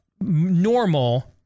normal